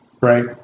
Right